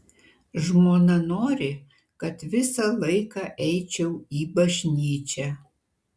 žmona nori kad visą laiką eičiau į bažnyčią